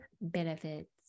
benefits